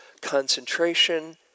concentration